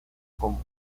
común